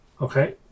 Okay